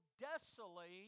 desolate